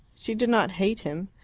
she did not hate him,